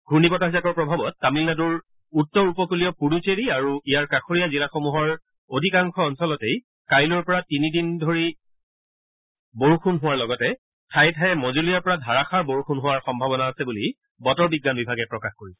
ঘূৰ্ণি বতাহ জাকৰ প্ৰভাৱত তামিলনাডুৰ উত্তৰ উপকূলীয় পুড়ুচেৰী আৰু ইয়াৰ কাষৰীয়া জিলাসমূহৰ অধিকাংশ অঞ্চলতেই কাইলৈৰ পৰা তিনিদিন পৰ্যন্ত বৰষুণ হোৱাৰ লগতে ঠায়ে ঠায়ে মজলীয়াৰ পৰা ধাৰাষাৰ বৰষুণ হোৱাৰ সম্ভাৱনা আছে বুলি বতৰ বিজ্ঞান বিভাগে প্ৰকাশ কৰিছে